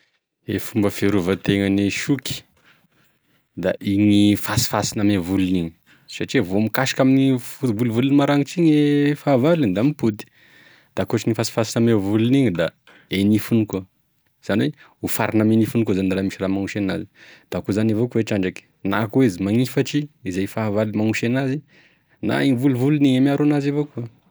E fomba fiarovategnan'e soky da igny fasofasony ame volony igny satria vao mikasoky ame volovolony maragnitry igny e fahavalony da mipody, da ankoatrin'ny fasofaso ame volony da e nifiny koa zany hoe hofarigny ame nifiny koa zany na lahy misy raha magnosy anazy, da koa zany avao koa i trandraky, na koa izy magnifatry izay fahavalo magnosy anazy na igny volovologny igny miaro anazy avao koa.